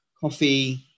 coffee